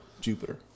Jupiter